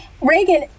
Reagan